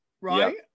Right